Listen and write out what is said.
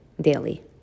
daily